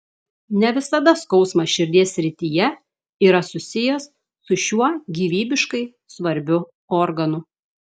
ne visada skausmas širdies srityje yra susijęs su šiuo gyvybiškai svarbiu organu